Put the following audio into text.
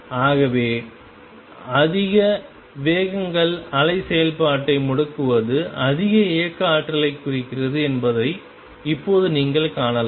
ஆகவே அதிக வேகங்கள் அலை செயல்பாட்டை முடக்குவது அதிக இயக்க ஆற்றலைக் குறிக்கிறது என்பதை இப்போதே நீங்கள் காணலாம்